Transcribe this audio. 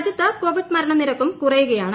രാജ്യത്ത് കോവിഡ് മരണനിരക്കും കുറയുകയാണ്